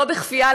לא בכפייה,